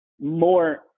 more